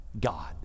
God